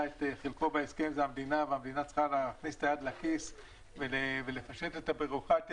זה תנאי לכל מגדל, ובעיקר לקיימות.